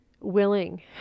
willing